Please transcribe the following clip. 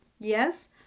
Yes